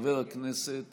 חבר הכנסת